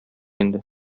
инде